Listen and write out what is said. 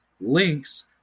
links